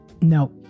no